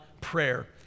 prayer